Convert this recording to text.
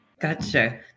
Gotcha